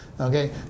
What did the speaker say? Okay